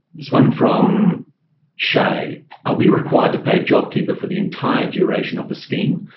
this one from shay. are we required to pay jobkeeper for the entire duration of the scheme,